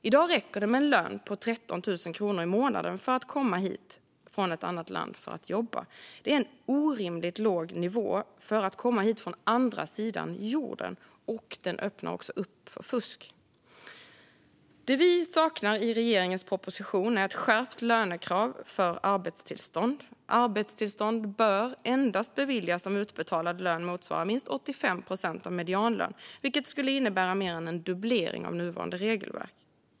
I dag räcker det med en lön på 13 000 kronor i månaden för att komma hit från ett annat land för att jobba. Det är en orimligt låg nivå för att komma hit från andra sidan jorden, och den öppnar upp för fusk. Det vi saknar i regeringens proposition är ett skärpt lönekrav för arbetstillstånd. Arbetstillstånd bör endast beviljas om utbetalad lön motsvarar minst 85 procent av medianlön, vilket skulle innebära mer än en dubblering av det nuvarande lönekravet.